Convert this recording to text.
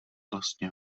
vlastně